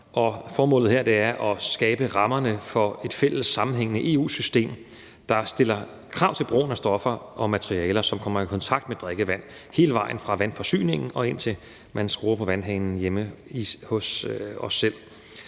formålet her er at skabe rammerne for et fælles, sammenhængende EU-system, der stiller krav til brugen af stoffer og materialer, som kommer i kontakt med drikkevand, hele vejen fra vandforsyningen, og til man skruer på vandhanen hjemme hos sig selv.